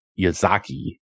Yazaki